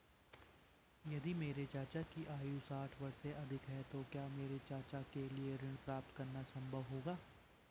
यदि मेरे चाचा की आयु साठ वर्ष से अधिक है तो क्या मेरे चाचा के लिए ऋण प्राप्त करना संभव होगा?